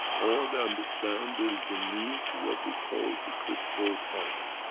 or they understand there is the need to what we call, the critical point.